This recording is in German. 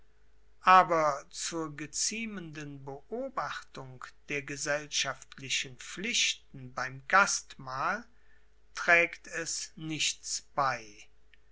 aber zur geziemenden beobachtung der gesellschaftlichen pflichten beim gastmahl trägt es nichts bei